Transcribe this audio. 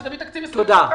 שתביא תקציב ל-2021,